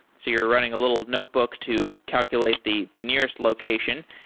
so you're running a little notebook to calculate the the nearest location.